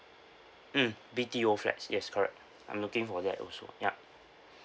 mm B_T_O flats yes correct I'm looking for that also ya